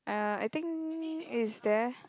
uh I think is there